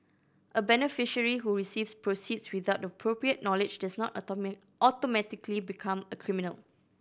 a beneficiary who receives proceeds without the appropriate knowledge does not automatically become a criminal